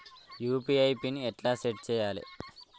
UPI PIN ఎట్లా set చేయాలే?